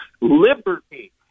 Liberty